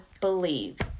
believe